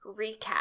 recap